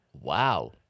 Wow